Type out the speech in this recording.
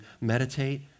meditate